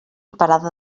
parada